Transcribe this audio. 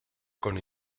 con